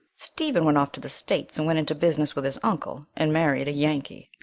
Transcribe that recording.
stephen went off to the states and went into business with his uncle and married a yankee.